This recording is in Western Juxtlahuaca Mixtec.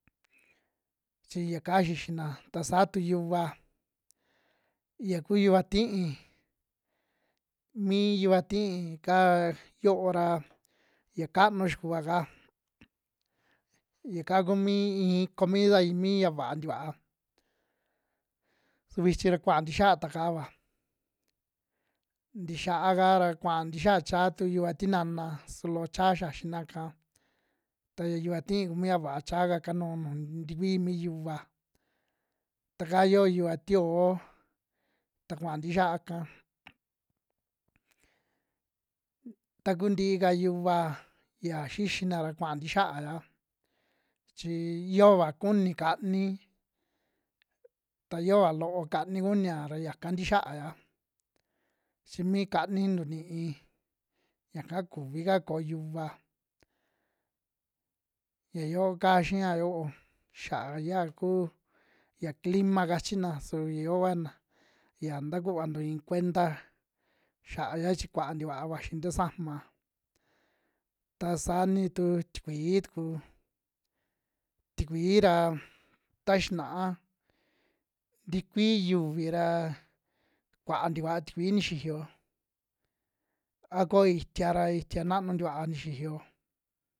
Chi yakaa xixina, saa tu yuva yia kuu yuva ti'i, mii yuva ti'i kaa yo'o ra ya kanu xikua'ka yaka ku mii iin comida mi ya vaa ntikuaa su vichi ra kua ntixia ta kaava, nti xiaa ka ra kuaa ntixiaa cha tu yuva tinana su loo cha xiaxina'ka ta ya yuva ti'i ku mia vaa chaka kanuu nuju tikui mi yuva, ta kaa yoo yuva tio'o ta kua ntixiaa'ka, ta kuu ntii ka yuva yia xixina ra kua ntixiaaya chi yova kuni kanii, ta yoa loo kanii kunia ra yaka ntixiaaya chi mi kani ntu ni'i yaka kuvika koo yuva, ya yoo ka xia yo'o xa'a ya kuu ya clima kachina su ya yoo vua ya takuvantu iin kuenta xa'aya chi kuaa tikua vaxi ta sama, ta saa ni tu tikui tuku, tikui ra ta xinaa tikui yúvi ra kuaa tikua tikui nixiyo a ko itiaa ra itia naanu tikua nixiyo.